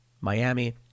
Miami